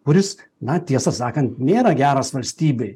kuris na tiesą sakant nėra geras valstybei